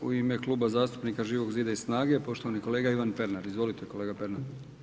U ime Kluba zastupnika Živog zida i SNAGA-e, poštovani kolega Ivan Pernar, izvolite kolega Pernar.